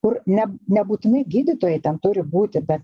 kur ne nebūtinai gydytojai ten turi būti bet